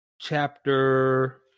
chapter